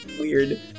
Weird